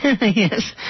Yes